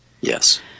Yes